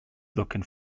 looking